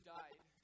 died